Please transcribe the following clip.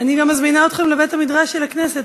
אני גם מזמינה אתכם לבית-המדרש של הכנסת,